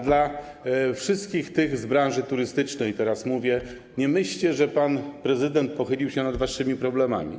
Do wszystkich tych z branży turystycznej teraz mówię: Nie myślcie, że pan prezydent pochylił się nad waszymi problemami.